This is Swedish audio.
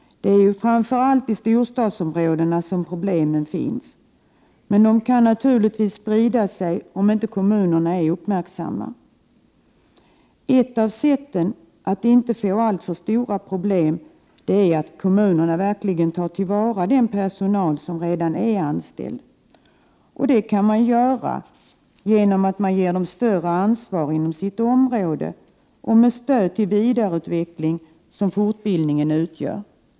Det är ju framför allt i 13 april 1989 storstadsområdena som problemen finns, men de kan naturligtvis sprida sig om inte kommunerna är uppmärksamma. Ett sätt att inte få alltför stora problem är att kommunerna verkligen tar till vara den personal som redan är anställd. Detta kan man göra genom att ge dem större ansvar inom sitt | område och ge dem det stöd till vidareutveckling som fortbildning utgör.